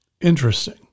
Interesting